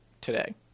today